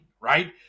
right